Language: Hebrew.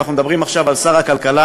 אם אנחנו מדברים עכשיו על שר הכלכלה,